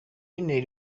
yazanye